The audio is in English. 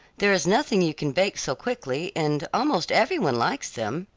there is nothing you can bake so quickly, and almost every one likes them.